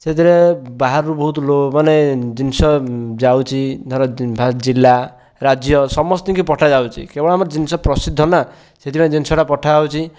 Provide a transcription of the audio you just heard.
ସେଥିରେ ବାହାରୁ ବହୁତ ମାନେ ଜିନିଷ ଯାଉଛି ଜିଲ୍ଲା ରାଜ୍ୟ ସମସ୍ତଙ୍କୁ ପଠାଯାଉଛି କାରଣ ଆମ ଜିନିଷ ପ୍ରସିଦ୍ଧ ନା ସେଥିପାଇଁ ଜିନିଷଟା ପଠାଯାଉଛି